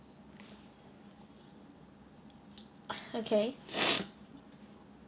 okay